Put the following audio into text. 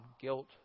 guilt